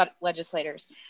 legislators